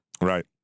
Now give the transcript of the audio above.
Right